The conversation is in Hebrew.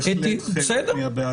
בהחלט חלק מהבעיה.